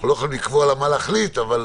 אנחנו לא יכולים לקבוע לה מה להחליט, אבל